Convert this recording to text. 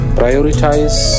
prioritize